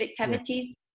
activities